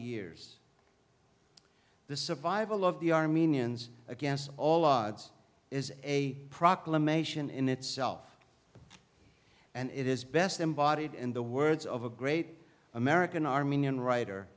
years the survival of the armenians against all odds is a proclamation in itself and it is best embodied in the words of a great american armenian writer